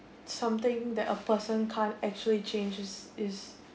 something that a person can't actually change is is